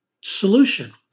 solution